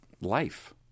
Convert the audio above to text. life